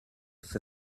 for